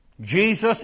Jesus